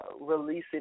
releasing